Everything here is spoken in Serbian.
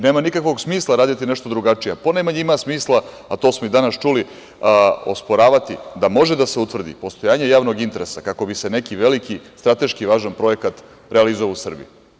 Nema nikakvog smisla raditi nešto drugačije, a ponajmanje ima smisla, a to smo i danas čuli, osporavati da može da se utvrdi postojanje javnog interesa, kako bi se neki veliki strateški projekat realizovao u Srbiji.